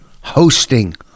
hosting